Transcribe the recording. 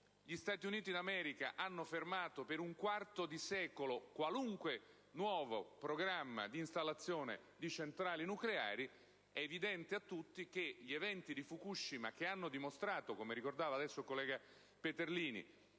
gli Stati Uniti d'America fermarono per un quarto di secolo qualunque nuovo programma di installazione di centrali nucleari. È evidente che gli eventi di Fukushima hanno dimostrato - come ha poc'anzi ricordato il collega Peterlini